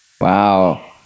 Wow